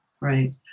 right